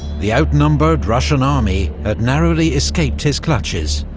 the outnumbered russian army had narrowly escaped his clutches.